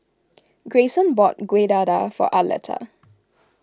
Greyson bought Kueh Dadar for Arletta